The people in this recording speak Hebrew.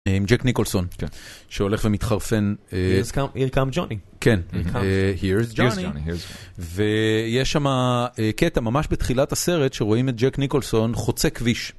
עם ג'ק ניקולסון, שהולך ומתחרפן... Here comes Johnny. כן. Here's Johnny. ויש שמה קטע, ממש בתחילת הסרט, שרואים את ג'ק ניקולסון חוצה כביש.